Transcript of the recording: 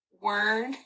word